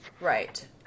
Right